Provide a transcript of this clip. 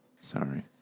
Sorry